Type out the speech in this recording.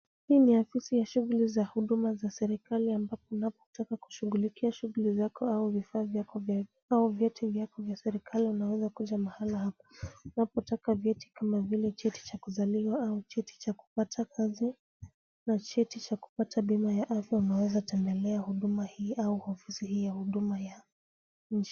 Hii ni ofisi ya shughuli za huduma za serikali ambapo unapotaka kushughulikia shughuli zako au vyeti vyako vya serikali unaweza kuja mahala hapa. Unapotaka vyeti kama vile cheti cha kuzaliwa au cheti cha kupata kazi na cheti cha kupata bima ya afya unaweza tembelea huduma hii au ofisi hii ya huduma ya nchi.